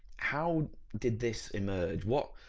how did this emerge? what,